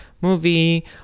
movie